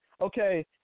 okay